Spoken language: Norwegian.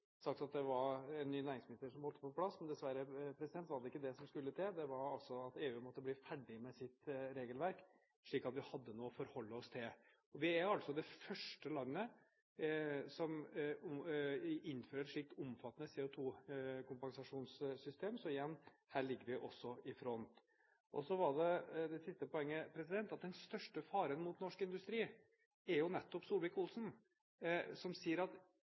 sagt at det var en ny næringsminister som måtte på plass, men dessverre var det ikke det som skulle til, det var altså at EU måtte bli ferdig med sitt regelverk, slik at vi hadde noe å forholde oss til. Vi er det første landet som innfører et slikt omfattende CO2-kompensasjonssystem, så igjen, her ligger vi også i front. Så var det det siste poenget, at den største faren når det gjelder norsk industri, er nettopp Solvik-Olsen, som sier – tenk på det resonnementet – at